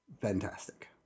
fantastic